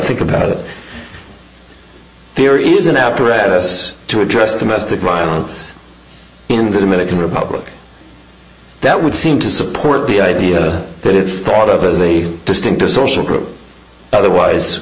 think about it there is an apparatus to address domestic violence in the dominican republic that would seem to support the idea that it's thought of as a distinct or social group otherwise